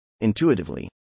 intuitively